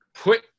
put